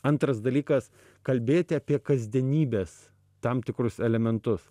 antras dalykas kalbėti apie kasdienybės tam tikrus elementus